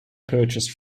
purchased